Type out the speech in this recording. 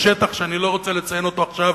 בשטח שאני לא רוצה לציין אותו עכשיו,